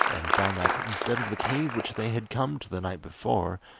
and found that, instead of the cave which they had come to the night before,